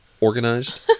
organized